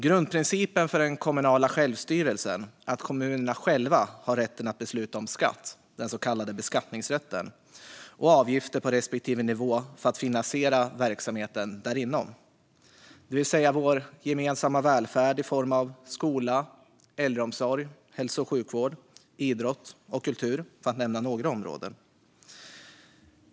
Grundprincipen för den kommunala självstyrelsen är att kommunerna själva har rätt att besluta om skatter, den så kallade beskattningsrätten, och avgifter på respektive nivå för att finansiera verksamheten. Det handlar alltså om vår gemensamma välfärd i form av skola, äldreomsorg, hälso och sjukvård, idrott och kultur - för att nämna några områden.